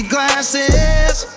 Glasses